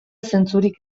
zentzurik